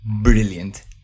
brilliant